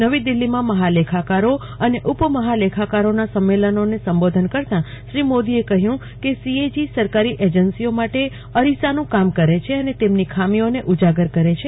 નવી દિલ્હી માં મહાલેખાકારો અને ઉપ મહાલેખાકારોના સંમલનોને સંબોધન કરતાં શ્રી નરેન્દ્ર મોદાએ કહયું ક સી એજી સરકારી એજન્સીઓ માટે અરિસાનું કામ કરે છે અને તેમની ખામીઓને ઉજાગર કરે છે